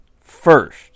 first